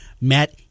Matt